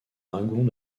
dragons